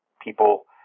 people